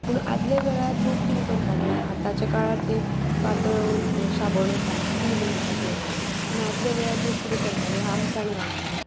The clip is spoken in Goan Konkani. पूण आदले वेळार लोक कितें करताले आतांच्या काळार ते पातळ शाबण येता प्रिल म्हणटा ते येता पूण आदले वेळार लोक कितें करताले आमटाण घालताले